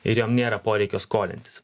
ir jom nėra poreikio skolintis